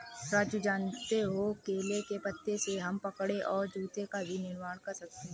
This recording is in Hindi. राजू जानते हो केले के पत्ते से हम कपड़े और जूते का भी निर्माण कर सकते हैं